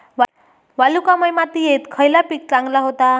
वालुकामय मातयेत खयला पीक चांगला होता?